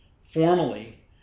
formally